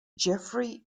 jeffrey